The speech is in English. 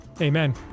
Amen